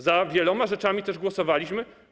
Za wieloma rzeczami też głosowaliśmy.